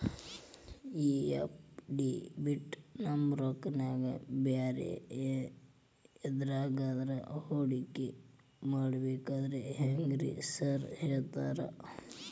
ಈ ಎಫ್.ಡಿ ಬಿಟ್ ನಮ್ ರೊಕ್ಕನಾ ಬ್ಯಾರೆ ಎದ್ರಾಗಾನ ಹೂಡಿಕೆ ಮಾಡಬೇಕಂದ್ರೆ ಹೆಂಗ್ರಿ ಸಾರ್ ಹೇಳ್ತೇರಾ?